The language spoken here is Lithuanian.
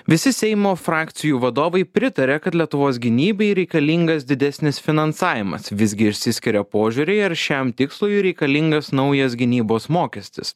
visi seimo frakcijų vadovai pritaria kad lietuvos gynybai reikalingas didesnis finansavimas visgi išsiskiria požiūriai ar šiam tikslui reikalingas naujas gynybos mokestis